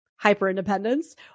hyper-independence